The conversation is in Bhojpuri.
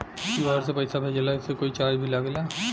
क्यू.आर से पैसा भेजला के कोई चार्ज भी लागेला?